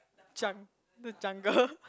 jung~ the jungle